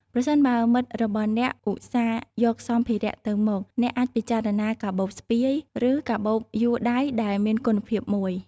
ប្រសិនបើមិត្តរបស់អ្នកឧស្សាហ៍យកសម្ភារៈទៅមក អ្នកអាចពិចារណា កាបូបស្ពាយ ឬកាបូបយួរដៃដែលមានគុណភាពមួយ។